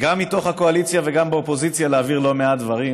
גם מתוך הקואליציה וגם באופוזיציה להעביר לא מעט דברים.